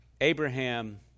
Abraham